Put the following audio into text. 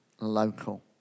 local